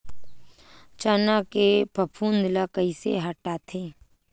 चना के फफूंद ल कइसे हटाथे?